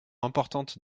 importante